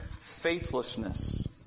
faithlessness